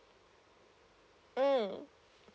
mm